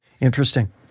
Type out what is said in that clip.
interesting